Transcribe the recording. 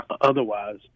Otherwise